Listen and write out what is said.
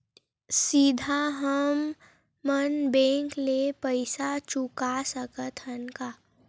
सीधा हम मन बैंक ले पईसा चुका सकत हन का?